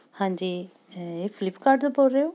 ਹਾਂਜੀ ਫਲਿਪਕਾਰਟ ਤੋਂ ਬੋਲ ਰਹੇ ਹੋ